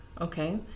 Okay